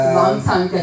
long-time